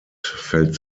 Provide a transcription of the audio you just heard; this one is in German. fällt